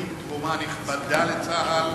נותנים תרומה נכבדה לצה"ל,